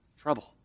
trouble